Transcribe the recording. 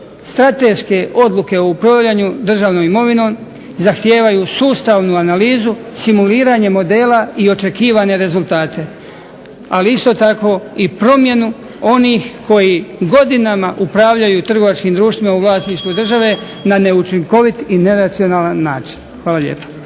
strateške odluke o upravljanju državnom imovinom zahtijevaju sustavnu analizu simuliranjem modela i očekivane rezultate, ali isto tako i promjenu onih koji godinama upravljaju trgovačkim društvima u vlasništvu države na neučinkovit i neracionalan način. Hvala lijepa.